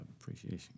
appreciation